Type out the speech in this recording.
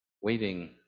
waiting